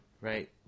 right